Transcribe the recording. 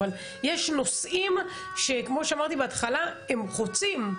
אבל יש נושאים שכמו שאמרתי בהתחלה הם חוצים.